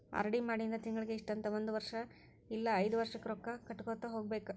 RD ಮಾಡಿಂದ ತಿಂಗಳಿಗಿ ಇಷ್ಟಂತ ಒಂದ್ ವರ್ಷ್ ಇಲ್ಲಾ ಐದ್ ವರ್ಷಕ್ಕ ರೊಕ್ಕಾ ಕಟ್ಟಗೋತ ಹೋಗ್ಬೇಕ್